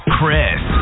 Chris